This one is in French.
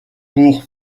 pour